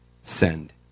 Send